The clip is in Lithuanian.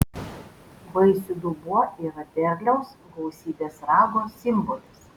vaisių dubuo yra derliaus gausybės rago simbolis